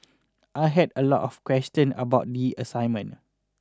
I had a lot of question about the assignment